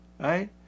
right